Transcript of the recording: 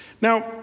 Now